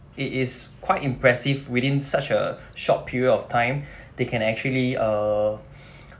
it is quite impressive within such a short period of time they can actually uh